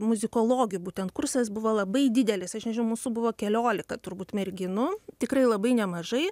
muzikologių būtent kursas buvo labai didelis aš nežinau mūsų buvo keliolika turbūt merginų tikrai labai nemažai